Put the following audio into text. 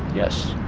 yes.